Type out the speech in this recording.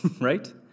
right